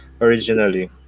originally